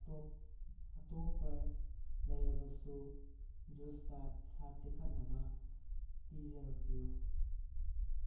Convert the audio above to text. ꯑꯇꯣꯞꯄ ꯂꯩꯔꯕꯁꯨ ꯖꯨꯁꯇ ꯏꯁꯥ ꯇꯦꯛꯈꯠꯅꯕ ꯄꯤꯖꯔꯛꯄꯤꯌꯨ